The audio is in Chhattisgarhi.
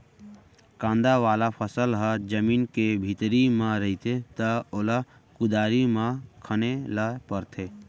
कांदा वाला फसल ह जमीन के भीतरी म रहिथे त ओला कुदारी म खने ल परथे